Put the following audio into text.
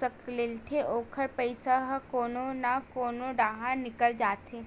सकलथे ओखर पइसा ह कोनो न कोनो डाहर निकल जाथे